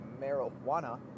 marijuana